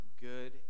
good